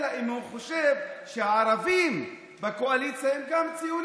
אלא אם הוא חושב שהערבים בקואליציה הם גם ציונים.